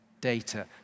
data